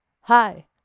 Hi